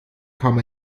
kam